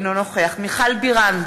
אינו נוכח מיכל בירן,